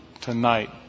tonight